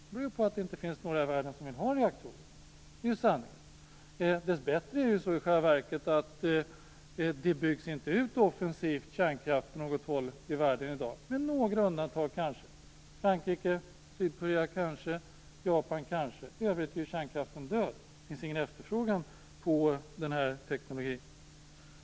Det beror på att det inte finns någon ute i världen som vill ha reaktorer. Det är ju sanningen. Dessbättre är det i själva verket så att kärnkraften inte byggs ut offensivt på något håll i världen i dag, med några undantag: Frankrike, kanske Sydkorea och kanske Japan. I övrigt är kärnkraften död. Det finns inte någon efterfrågan på teknologin.